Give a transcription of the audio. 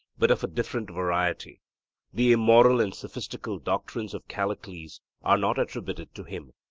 but of a different variety the immoral and sophistical doctrines of callicles are not attributed to him.